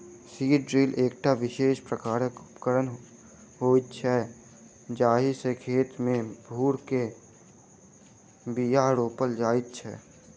seed drill एकटा विशेष प्रकारक उपकरण होइत छै जाहि सॅ खेत मे भूर क के बीया रोपल जाइत छै